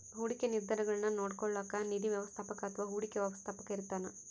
ಹೂಡಿಕೆ ನಿರ್ಧಾರಗುಳ್ನ ನೋಡ್ಕೋಳೋಕ್ಕ ನಿಧಿ ವ್ಯವಸ್ಥಾಪಕ ಅಥವಾ ಹೂಡಿಕೆ ವ್ಯವಸ್ಥಾಪಕ ಇರ್ತಾನ